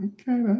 okay